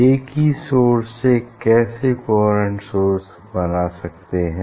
एक ही सोर्स से कैसे कोहेरेंट सोर्स बना सकते हैं